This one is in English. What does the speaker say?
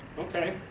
okay.